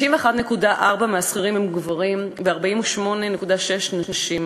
51.4% מהשכירים הם גברים ו-48.6% נשים,